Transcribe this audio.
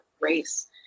race